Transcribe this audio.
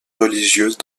religieuses